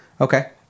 Okay